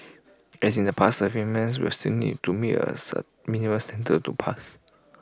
as in the past servicemen will still need to meet A minimum standard to pass